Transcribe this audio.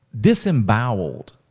disemboweled